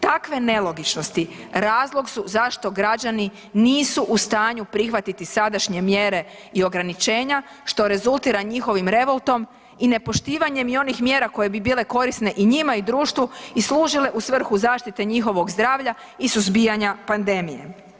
Takve nelogičnosti razlog su zašto građani nisu u stanju prihvatiti sadašnje mjere i ograničenja što je rezultira njihovim revoltom i nepoštivanjem i onih mjera koje bi bile korisne i njima i društvu i služile u svrhu zaštite njihovog zdravlja i suzbijanja pandemije.